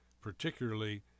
particularly